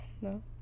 No